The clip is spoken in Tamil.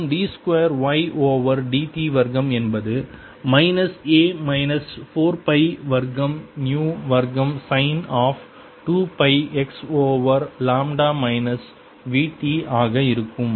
மேலும் d 2 y over d t வர்க்கம் என்பது மைனஸ் A மைனஸ் 4 பை வர்க்கம் நு வர்க்கம் sine of 2 by x over lambda minus v t ஆக இருக்கும்